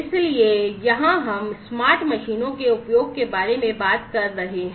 इसलिए यहां हम स्मार्ट मशीनों के उपयोग के बारे में बात कर रहे हैं